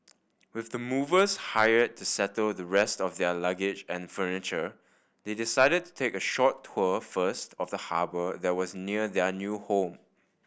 with the movers hired to settle the rest of their luggage and furniture they decided to take a short tour first of the harbour that was near their new home